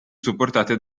supportate